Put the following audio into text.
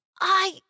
I